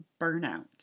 burnout